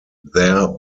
their